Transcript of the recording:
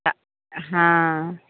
तऽ हँ